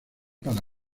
para